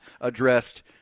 addressed